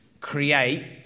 create